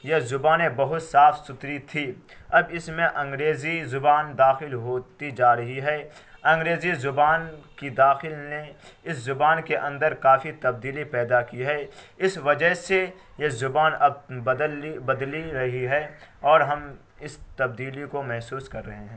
یہ زبانیں بہت صاف ستھری تھی اب اس میں انگریزی زبان داخل ہوتی جا رہی ہے انگریزی زبان کی داخل نے اس زبان کے اندر کافی تبدیلی پیدا کی ہے اس وجہ سے یہ زبان اب بدل بدل رہی ہے اور ہم اس تبدیلی کو محسوس کر رہے ہیں